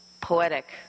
poetic